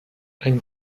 einen